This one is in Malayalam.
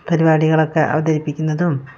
പരിപാടികളൊക്കെ അവതരിപ്പിക്കുന്നതും